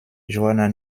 joanna